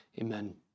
Amen